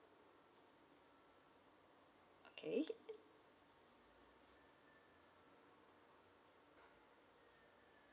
okay